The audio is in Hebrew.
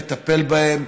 לטפל בהם,